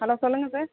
hello சொல்லுங்கள் sir